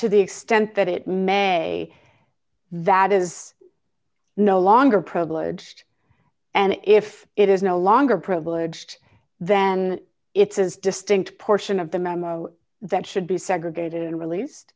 to the extent that it may that is no longer a problem and if it is no longer privileged then it's as distinct portion of the memo that should be segregated and released